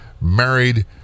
married